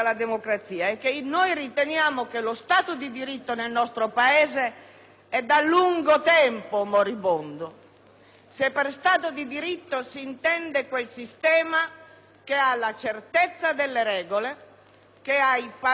se per Stato di diritto si intende quel sistema che ha la certezza delle regole, i paletti, i limiti e tutti gli istituti di controllo funzionanti.